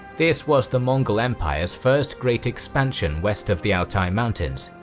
this was the mongol empire's first great expansion west of the altai mountains.